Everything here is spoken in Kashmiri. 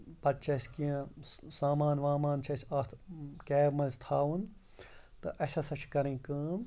پَتہٕ چھِ اَسہِ کیٚنٛہہ سامان وامان چھُ اَسہِ اَتھ کیب منٛز تھوُن تہٕ اَسہِ ہسا چھِ کرٕنۍ کٲم